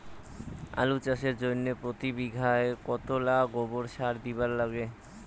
আলু চাষের জইন্যে প্রতি বিঘায় কতোলা গোবর সার দিবার লাগে?